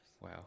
wow